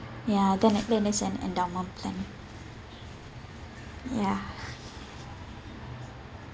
ya then it then it's an endowment plan ya